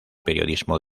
periodismo